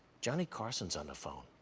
johnny carson's on the phone.